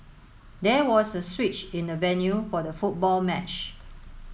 there was a switch in the venue for the football match